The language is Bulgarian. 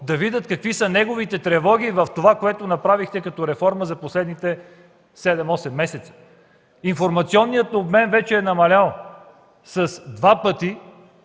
да видят какви са неговите тревоги в това, което направихте като реформа за последните 7-8 месеца. Информационният обмен вече е намалял два пъти,